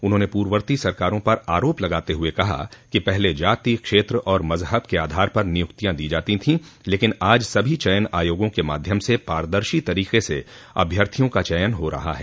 उन्होंने पूर्ववर्ती सरकारों पर आरोप लगाते हुए कहा कि पहले जाति क्षेत्र और मजहब के आधार पर निय्क्तियां दी जाती थीं लेकिन आज सभी चयन आयोगों के माध्यम से पारदर्शी तरीके से अभ्यर्थियों का चयन हो रहा है